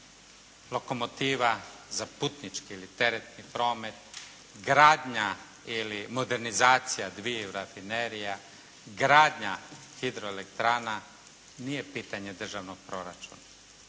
lokomotiva za putnički ili teretni promet, gradnja ili modernizacija dviju rafinerija, gradnja hidro elektrana nije pitanje državnog proračuna,